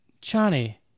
Johnny